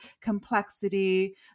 complexity